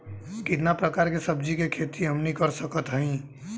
कितना प्रकार के सब्जी के खेती हमनी कर सकत हई?